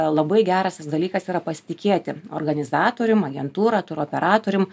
labai geras dalykas yra pasitikėti organizatorium agentūra turo operatorium